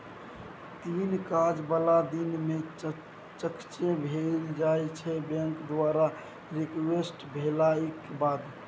तीन काज बला दिन मे चेककेँ भेजल जाइ छै बैंक द्वारा रिक्वेस्ट भेटलाक बाद